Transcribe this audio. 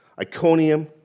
Iconium